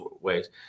ways